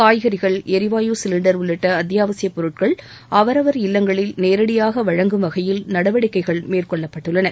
காய்கறிகள் எரிவாயு சிலிண்டர் உள்ளிட்ட அத்தியாவசியப்பொருட்கள் அவரவர் இல்லங்களுக்கு நேரடியாக வழங்கும் வகையில் நடவடிக்கைகள் மேற்கொள்ளப்பட்டுள்ளன